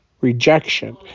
rejection